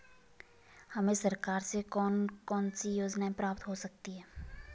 हमें सरकार से कौन कौनसी योजनाएँ प्राप्त हो सकती हैं?